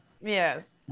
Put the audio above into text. yes